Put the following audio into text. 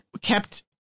kept